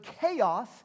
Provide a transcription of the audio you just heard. chaos